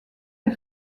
des